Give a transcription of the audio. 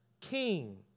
king